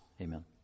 Amen